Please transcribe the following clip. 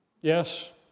Yes